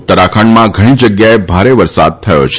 ઉત્તરાખંડમાં ઘણી જગ્યાએ ભારે વરસાદ થયો છે